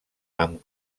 amb